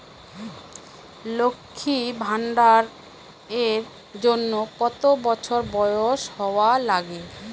লক্ষী ভান্ডার এর জন্যে কতো বছর বয়স হওয়া লাগে?